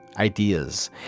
ideas